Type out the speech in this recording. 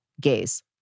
gaze